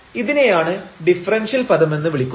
ഇതിനെയാണ് ഡിഫറെൻഷ്യൽ പദമെന്ന് വിളിക്കുന്നത്